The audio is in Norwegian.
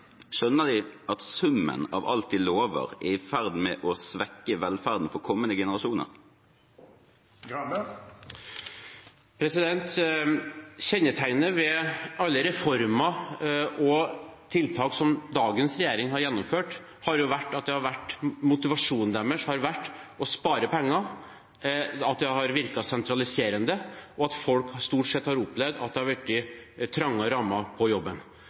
Skjønner de at summen av alt de lover, er i ferd med å svekke velferden for kommende generasjoner? Kjennetegnet ved alle reformer og tiltak som dagens regjering har gjennomført, har vært at motivasjonen deres har vært å spare penger, at det har virket sentraliserende, og at folk stort sett har opplevd at det har blitt trangere rammer på jobben.